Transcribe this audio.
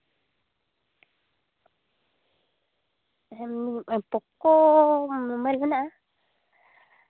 ᱦᱮᱸ ᱯᱚᱠᱳ ᱢᱳᱵᱟᱭᱤᱞ ᱢᱮᱱᱟᱜᱼᱟ